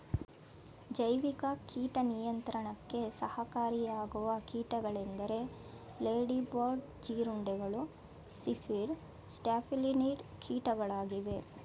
ಜೈವಿಕ ಕೀಟ ನಿಯಂತ್ರಣಕ್ಕೆ ಸಹಕಾರಿಯಾಗುವ ಕೀಟಗಳೆಂದರೆ ಲೇಡಿ ಬರ್ಡ್ ಜೀರುಂಡೆಗಳು, ಸಿರ್ಪಿಡ್, ಸ್ಟ್ಯಾಫಿಲಿನಿಡ್ ಕೀಟಗಳಾಗಿವೆ